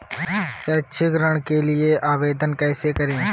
शैक्षिक ऋण के लिए आवेदन कैसे करें?